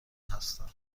هستم